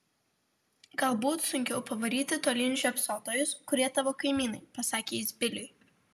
galbūt sunkiau pavaryti tolyn žiopsotojus kurie tavo kaimynai pasakė jis biliui